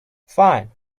fine